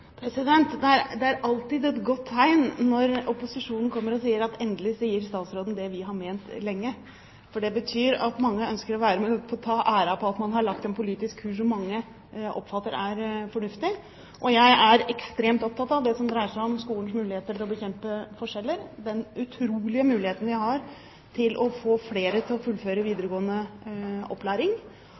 Det er alltid et godt tegn når opposisjonen kommer og sier at endelig sier statsråden det vi har ment lenge, for det betyr at mange ønsker å være med på å ta æren for at man har lagt en politisk kurs som mange oppfatter som fornuftig. Jeg er ekstremt opptatt av det som dreier seg om skolens muligheter til å bekjempe forskjeller, den utrolige muligheten vi har til å få flere til å fullføre videregående opplæring,